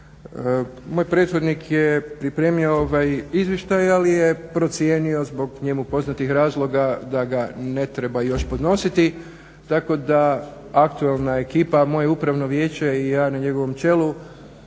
Moj prethodnik je pripremio ovaj izvještaj ali je procijenio zbog njemu poznatih razloga da ga ne treba još podnositi, tako da aktualna ekipa i moje upravno vijeće i ja na njegovom čelu